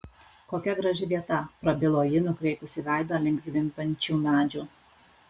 kokia graži vieta prabilo ji nukreipusi veidą link zvimbiančių medžių